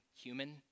human